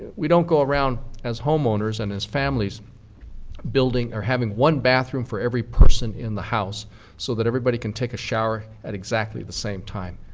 we don't go around as homeowners and as families building or having one bathroom for every person in the house so that everybody can take a shower at exactly the same time.